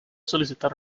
solicitar